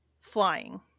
flying